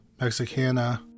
Mexicana